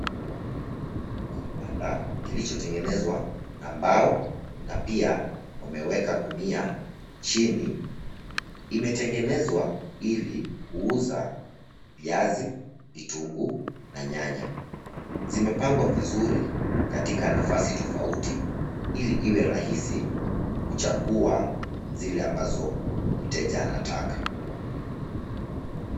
Kibanda kilichotengenezwa na mbao na pia wameweka gunia chini. Imetengenezwa ili kuuza viazi, vitunguu na nyanya. Zimepangwa vizuri katika nafasi tofauti, ili iwe rahisi kuchagua zile ambazo mteja anataka.